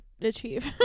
achieve